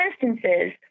instances